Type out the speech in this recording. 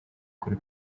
kuri